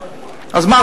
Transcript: אז מה,